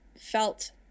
Felt